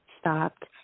stopped